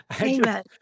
Amen